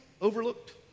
overlooked